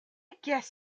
guess